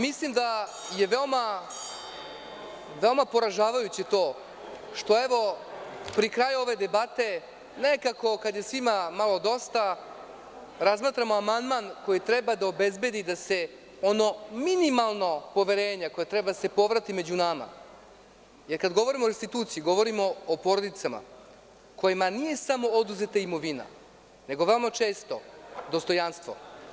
Mislim da je veoma poražavajuće to što evo pri kraju ove debate nekako, kada je svima malo dosta, razmatramo amandman koji treba da obezbedi da se ono minimalno poverenje koje treba da se povrati među nama, jer kad govorimo o restituciju, govorimo o porodicama kojima nije samo oduzeta imovina, nego veoma često dostojanstvo.